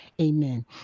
Amen